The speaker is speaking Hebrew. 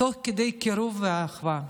תוך כדי קירוב ואחווה.